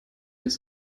ist